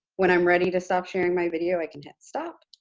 when i'm ready to stop sharing my video, i can hit stop,